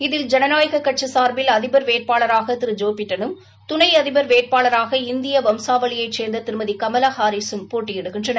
இதில் ஜனநாயகக் கட்சி சார்பில் அதிபர் வேட்பாளராக திரு ஜோ பிடனும் துணை அதிபர் வேட்பாளராக இந்திய சும்சாவளியைச் சே்ந்த திருமதி கமலா ஹரீஸும் போட்டியிடுகின்றனர்